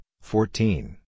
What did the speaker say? fourteen